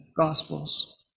Gospels